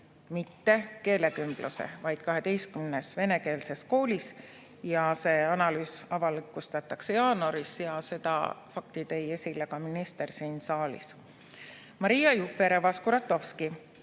mitte keelekümbluse, vaid 12 venekeelses koolis, ja see analüüs avalikustatakse jaanuaris. Selle fakti tõi esile ka minister siin saalis. Maria Jufereva-Skuratovski